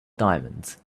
diamonds